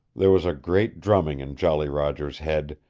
there was a great drumming in jolly roger's head,